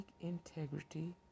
Integrity